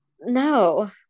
no